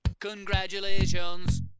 Congratulations